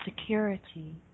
security